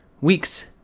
weeks